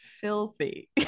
filthy